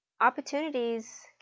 opportunities